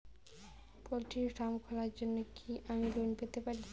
Poultry farm খোলার জন্য কি আমি লোন পেতে পারি?